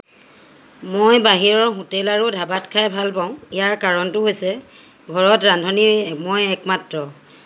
মই বাহিৰৰ হোটেল আৰু ধাবাত খাই ভাল পাওঁ ইয়াৰ কাৰণটো হৈছে ঘৰত ৰান্ধনি মই একমাত্ৰ